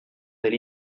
del